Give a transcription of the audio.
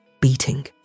beating